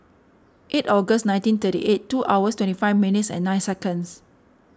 eight August nineteen thirty eight two hours twenty five minutes and nine seconds